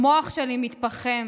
המוח שלי מתפחם,